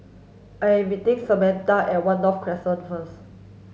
I'm meeting Samatha at One North Crescent first